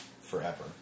forever